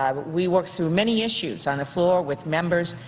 um we worked through many issues on the floor with members,